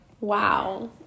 Wow